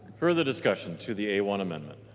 further discussion to the a one amendment?